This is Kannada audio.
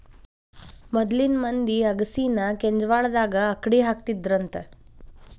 ಮೊದ್ಲಿನ ಮಂದಿ ಅಗಸಿನಾ ಕೆಂಜ್ವಾಳದಾಗ ಅಕ್ಡಿಹಾಕತ್ತಿದ್ರಂತ